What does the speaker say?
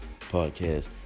podcast